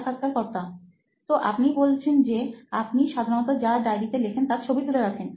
সাক্ষাৎকারকর্তা তো আপনি বলছেন যে আপনি সাধারণত যা ডায়রিতে লেখেন তার ছবি তুলে রাখেন